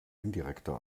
indirekter